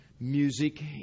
music